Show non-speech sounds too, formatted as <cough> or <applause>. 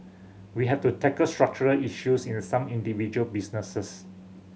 we have to tackle structural issues in <unintelligible> some individual businesses